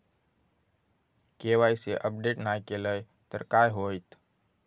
KYC update नाय केलय तर काय होईत?